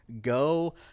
Go